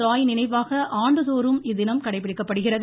ராய் நினைவாக ஆண்டுதோறும் இத்தினம் கடைபிடிக்கப்படுகிறது